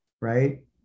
right